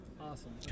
Awesome